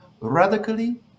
radically